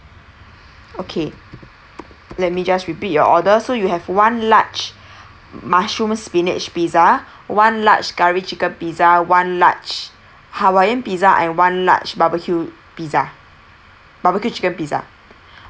okay let me just repeat your order so you have one large mushroom spinach pizza one large curry chicken pizza one large hawaiian pizza and one large barbecue pizza barbecue chicken pizza